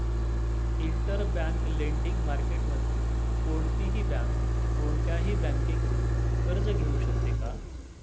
Interbank lending मार्केटमध्ये कोणतीही bank कोणत्याही बँकेकडून कर्ज घेऊ शकते का?